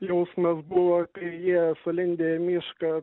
jausmas buvo kai jie sulindę į mišką